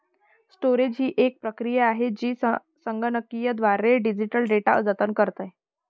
storage ही एक प्रक्रिया आहे जी संगणकीयद्वारे डिजिटल डेटा जतन करते